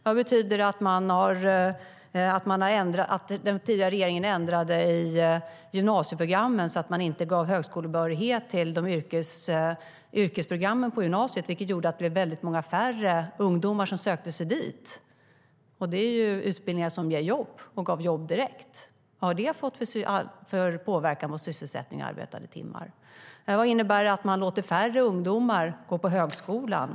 Vad betyder det att den tidigare regeringen ändrade i gymnasieprogrammen så att man inte gav högskolebehörighet till yrkesprogrammen på gymnasiet, vilket gjorde att det blev mycket färre ungdomar som sökte sig dit? Det är utbildningar som ger jobb, och som gav jobb direkt. Vad har det fått för påverkan på sysselsättning och arbetade timmar? Vad innebär det att man låter färre ungdomar gå på högskolan?